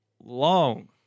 long